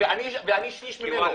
ואני שליש ממנו.